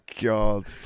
God